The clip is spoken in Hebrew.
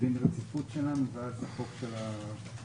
דין רציפות שלנו ואז חוק הקורונה.